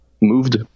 moved